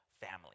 family